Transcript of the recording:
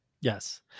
Yes